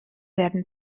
werden